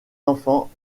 enfants